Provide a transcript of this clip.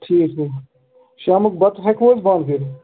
ٹھیٖک شامُک بَتہٕ ہٮ۪کو أسۍ بَند کٔرِتھ